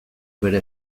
bere